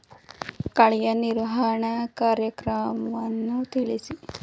ಕಳೆಯ ನಿರ್ವಹಣಾ ಕಾರ್ಯವನ್ನು ತಿಳಿಸಿ?